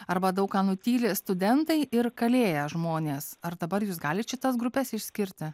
arba daug ką nutyli studentai ir kalėję žmonės ar dabar jūs galite šitas grupes išskirti